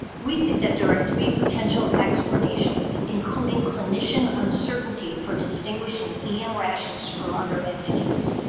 we think that there are three potential explanations including clinician uncertainty for distinguishing em rashes from other entities.